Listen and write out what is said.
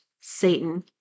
Satan